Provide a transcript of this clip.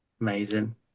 Amazing